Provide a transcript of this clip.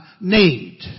need